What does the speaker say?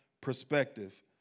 perspective